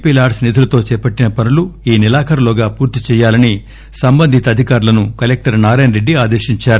P LADS నిధులతో చేపట్టిన పనులు ఈ నెలాఖర్లోగా పూర్తి చేయాలని సంబంధిత అధికారులను జిల్లా కలెక్లర్ నారాయణ రెడ్డి ఆదేశించారు